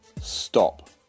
Stop